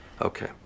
Okay